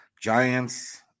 Giants